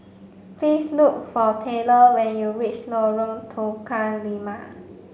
please look for Taylor when you reach Lorong Tukang Lima